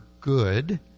good